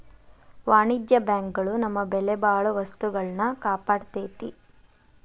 ವಾಣಿಜ್ಯ ಬ್ಯಾಂಕ್ ಗಳು ನಮ್ಮ ಬೆಲೆಬಾಳೊ ವಸ್ತುಗಳ್ನ ಕಾಪಾಡ್ತೆತಿ